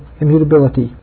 immutability